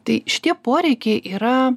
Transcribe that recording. tai šitie poreikiai yra